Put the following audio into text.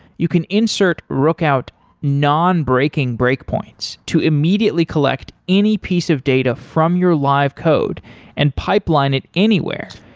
you can insert rookout non-breaking breakpoints to immediately collect any piece of data from your live code and pipeline it anywhere,